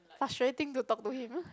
frustrating to talk to him